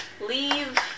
leave